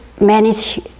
manage